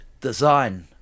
design